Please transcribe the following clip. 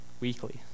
weekly